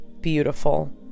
beautiful